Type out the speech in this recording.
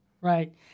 Right